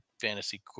fantasy